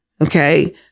okay